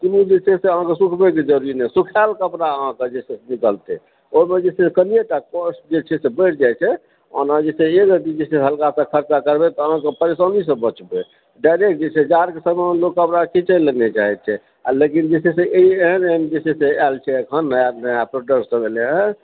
कोनो जे छै से अहाँकेँ सुखबैके जरूरी नहि सुखायल कपड़ा जे छै से अहाँकेँ निकलतै ओहिमे जे छै से कनिएटा कॉस्ट जे जे छै से बढ़ि जाइ छै ओना जे चाहिऐ जे हल्का सा खर्चा करबै तऽ अहाँकेँ परेशानी से बचबै डारेक्ट जे छै से जाढ़के समयमे लोक कपड़ा खीचै ला नहि चाहै छै आ लेकिन जे छै से एहन एहन जे छै से आयल छै एखन नया नया प्रोडक्ट सभ एलै हँ